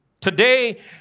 Today